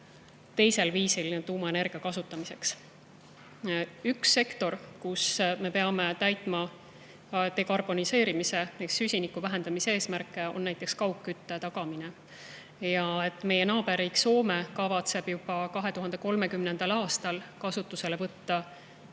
teisel viisil tuumaenergia kasutamiseks. Üks sektor, kus me peame täitma dekarboniseerimise ehk süsiniku vähendamise eesmärke, on kaugkütte tagamine. Meie naaberriik Soome kavatseb võtta juba 2030. aastal kasutusele